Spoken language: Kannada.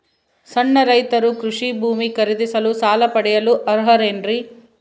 ಸಣ್ಣ ರೈತರು ಕೃಷಿ ಭೂಮಿ ಖರೇದಿಸಲು ಸಾಲ ಪಡೆಯಲು ಅರ್ಹರೇನ್ರಿ?